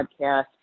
podcast